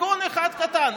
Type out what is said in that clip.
תיקון אחד קטן.